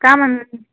गाबोन